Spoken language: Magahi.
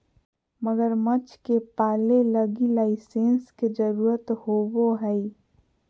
मगरमच्छ के पालय लगी लाइसेंस के जरुरत होवो हइ